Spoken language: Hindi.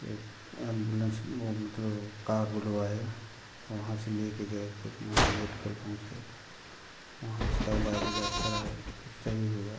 एक एम्बुलेंस वो मतलब कार बुलवाए वहाँ से लेके गए फिर वहाँ मेडिकल पहुँचे वहाँ उसका इलाज ओलाज कराए फिर सही हुआ